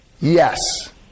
Yes